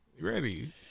ready